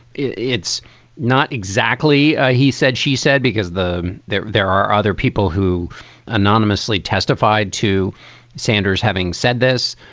it's not exactly. ah he said she said, because the there there are other people who anonymously testified to sanders having said this.